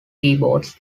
keyboards